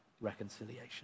reconciliation